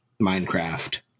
Minecraft